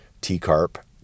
T-Carp